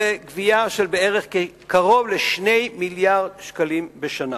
זו גבייה של קרוב ל-2 מיליארדי שקלים בשנה.